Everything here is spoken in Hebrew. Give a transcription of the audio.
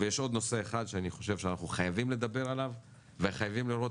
יש עוד נושא אחד שאני חושב שאנחנו חייבים לדבר עליו וחייבים לראות